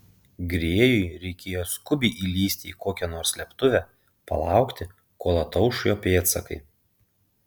grėjui reikėjo skubiai įlįsti į kokią nors slėptuvę palaukti kol atauš jo pėdsakai